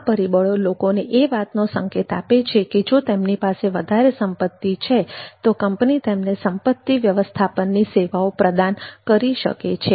આ પરિબળો લોકોને એ વાતનો સંકેત આપે છે કે જો તેમની પાસે વધારે સંપત્તિ છે તો કંપની તેમને સંપત્તિ વ્યવસ્થાપનની સેવાઓ પ્રદાન કરી શકે છે